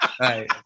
Right